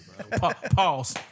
Pause